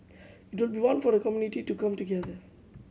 it will be one for the community to come together